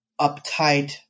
uptight